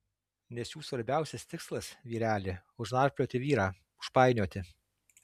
nes jų svarbiausias tikslas vyreli užnarplioti vyrą užpainioti